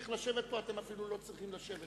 עוד לא למדת ששטות